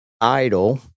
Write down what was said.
idle